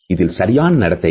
இதில் சரியான நடத்தைகள்